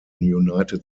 united